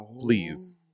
Please